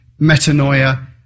metanoia